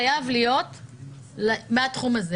חייב להיות מהתחום הזה.